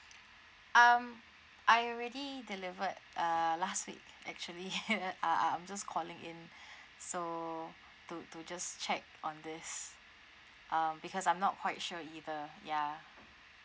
um I already delivered uh last week actually uh I'm just calling in so to to just check on this um because I'm not quite sure either ya